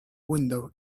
window